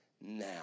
now